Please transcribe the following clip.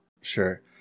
sure